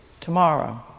tomorrow